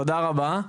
תודה רבה.